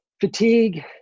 fatigue